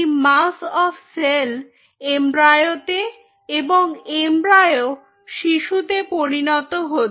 এই mass of cell embryo তে এবং এমব্রায়ো শিশুতে পরিণত হয়